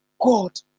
God